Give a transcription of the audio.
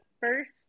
first